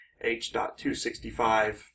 H.265